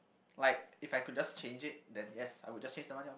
like if I could just change it then yes I would just change the money lah